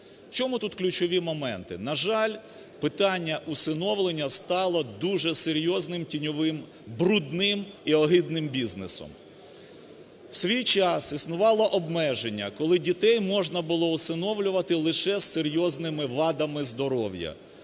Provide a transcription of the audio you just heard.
В чому тут ключові моменти? На жаль, питання усиновлення стало дуже серйозним тіньовим, брудним і огидним бізнесом. У свій час існувало обмеження, коли дітей можна було всиновлювати лише з серйозними вадами здоров'я,